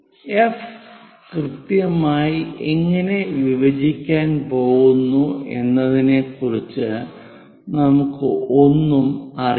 F കൃത്യമായി എങ്ങനെ വിഭജിക്കാൻ പോകുന്നു എന്നതിനെ ക്കുറിച്ച് നമുക്ക് ഒന്നും അറിയില്ല